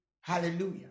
Hallelujah